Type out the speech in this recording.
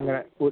class